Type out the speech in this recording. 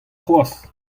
cʼhoazh